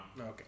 Okay